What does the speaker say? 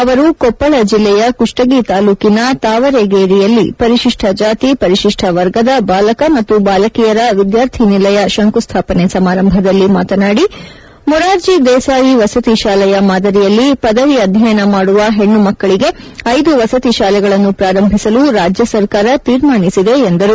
ಅವರು ಕೊಪ್ಪಳ ಜಿಲ್ಲೆಯ ಕುಷ್ಲಗಿ ತಾಲೂಕಿನ ತಾವರಗೇರಿಯಲ್ಲಿ ಪರಿಶಿಷ್ಠ ಜಾತಿ ಪರಿಶಿಷ್ಠ ವರ್ಗದ ಬಾಲಕ ಮತ್ತು ಬಾಲಕಿಯರ ವಿದ್ಯಾರ್ಥಿನಿಲಯ ಶಂಕುಸ್ಥಾಪನೆ ಸಮಾರಂಭದಲ್ಲಿ ಮಾತನಾಡಿ ಮುರಾರ್ಜಿ ದೇಸಾಯಿ ವಸತಿ ಶಾಲೆಯ ಮಾದರಿಯಲ್ಲಿ ಪದವಿ ಅಧ್ಯಯನ ಮಾದುವ ಹೆಣ್ಣು ಮಕ್ಕಳಿಗೆ ಐದು ವಸತಿ ಶಾಲೆಗಳನ್ನು ಪ್ರಾರಂಬಿಸಲು ರಾಜ್ಯ ಸರ್ಕಾರ ತೀರ್ಮಾನಿಸಿದೆ ಎಂದರು